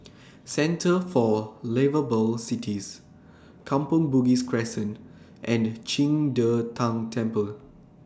Centre For Liveable Cities Kampong Bugis Crescent and Qing De Tang Temple